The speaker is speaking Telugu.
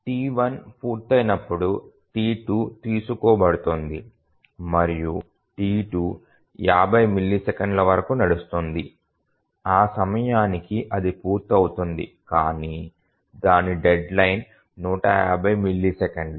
T1 పూర్తయినప్పుడు T2 తీసుకోబడుతుంది మరియు T2 50 మిల్లీసెకన్ల వరకు నడుస్తుంది మరియు ఆ సమయానికి అది పూర్తవుతుంది కాని దాని డెడ్లైన్ 150 మిల్లీసెకన్లు